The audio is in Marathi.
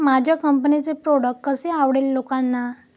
माझ्या कंपनीचे प्रॉडक्ट कसे आवडेल लोकांना?